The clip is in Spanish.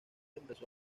empezó